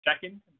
Second